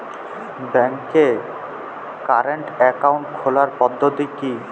ব্যাংকে current account খোলার পদ্ধতি কি?